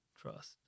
Trust